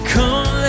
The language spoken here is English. Come